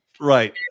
Right